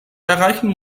erreichen